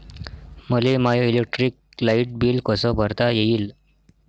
मले माय electric light bill कस भरता येईल?